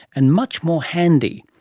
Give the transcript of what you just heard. and much more handy.